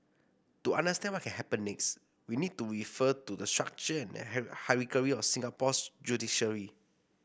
to understand what can happen next we need to refer to the structure and hierarchy of Singapore's judiciary